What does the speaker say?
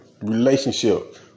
relationship